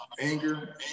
anger